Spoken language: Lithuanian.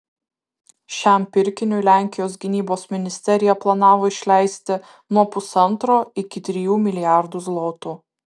šiam pirkiniui lenkijos gynybos ministerija planavo išleisti nuo pusantro iki trijų milijardų zlotų